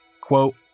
quote